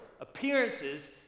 Appearances